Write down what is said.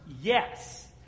Yes